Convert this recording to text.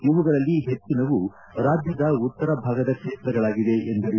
ಇವುಗಳಲ್ಲಿ ಹೆಚ್ಚನವು ರಾಜ್ಯದ ಉತ್ತರ ಭಾಗದ ಕ್ಷೇತ್ರಗಳಾಗಿವೆ ಎಂದರು